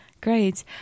Great